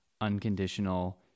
unconditional